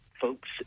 folks